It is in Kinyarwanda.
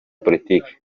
politiki